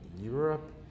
Europe